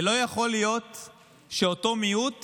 ולא יכול להיות שאותו מיעוט